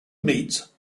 meets